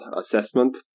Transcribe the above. assessment